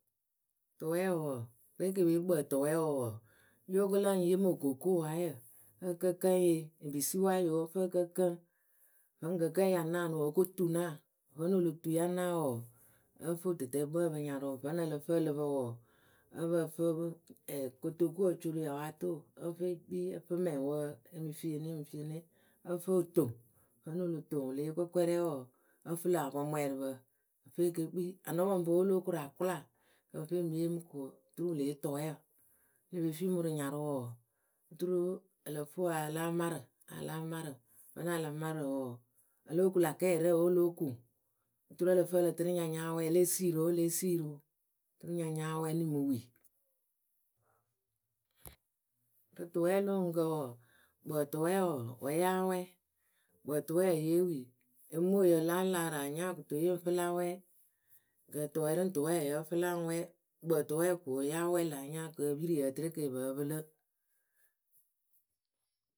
Tʊwɛɛwǝ wɔɔ pe ke pe yee kpǝǝtʊwɛɛwǝ wɔɔ yóo ko laŋ yee mɨ okookoowaayǝ ǝ kǝ́ kǝŋ yɨ ebisiwaayǝ oo ǝ fɨ ǝ kǝ kǝŋ vǝ́ŋ kǝ́ ya naanɨ wǝǝ o ko tunaa. Vǝ́nɨ o lo tu ya naawǝ wɔɔ,ǝ fɨ wɨtɨtɛɛkpǝ we ǝ pǝ nyarʊ vǝ́nɨ ǝ lǝ fɨ ǝ lǝ pǝ wɔɔ, ǝ́ǝ pǝ fɨ pɨ ɛɛ kotokuwǝ o co rɨ yawaatoo ǝ́ǝ fɨ e kpii ǝ́ǝ fɨ mɛŋwǝ e mɨ fieni e mɨ fieni ǝ́ǝ fɨ o toŋ vǝ́nɨ o lo toŋ wɨ le yee kwɛkwɛrɛɛ wɔɔ, ǝ́ǝ fɨ lä apɔŋmwɛɛrɩpǝ, fe eke kpii anɔpɔŋpǝ oo, o lóo koru akʊla. kɨ ǝ fɨ e mɨ yee mɨ ko turu wɨ le yee tʊwɛɛwɔ. Ele pe fii mɨ wɨ rɨ nyarɨ wɔɔ. turu ǝ lǝ fɨ wɨ a láa marɨ a láa marɨ vǝ́nɨ a la marɨ wɔɔ, o lóo ku lä kɛɛrɛ oo o lóo kuŋ. turu ǝ lǝ fɨ ǝ lǝ tɨnɨ nya nyáa wɛ́ɛ lée siiri oo lée siiriu nya nyáa wɛ́ɛ nɨŋ mɨ wi Rɨ tʊwɛɛ lo oŋuŋkǝ wɔɔ, kpǝǝtʊwɛɛ wɔɔ wǝ́ yáa wɛ́ɛ. Kpǝǝtʊwɛɛ yée wi omoyǝ láa laarɨ anyaŋ kɨto yɨŋ fɨ la wɛ́ɛ.,Ŋkǝ tuwɛɛ rɨŋ tʊwɛɛ wǝ́ yǝ́ǝ fɨ la ŋ wɛ́ɛ, kpǝǝtʊwɛɛ ko wǝ́ yáa wɛ́ɛ lǎ anyaŋ kɨ e piri yɨ ǝ tɨnɨ kɨ yɨ pǝǝ pɨlɨ.